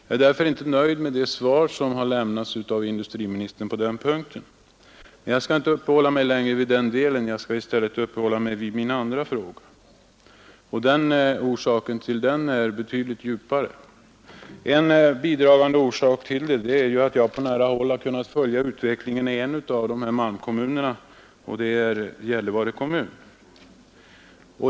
Jag är därför inte nöjd med det svar som lämnats av industriministern på den punkten. Men jag skall inte uppehålla mig längre vid den delen. Jag skall i stället beröra min andra fråga. Orsaken till den är betydligt djupare. En bidragande orsak är att jag på nära håll kunnat följa utvecklingen i en av malmkommunerna, nämligen Gällivare kommun.